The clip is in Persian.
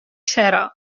چرا